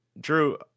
Drew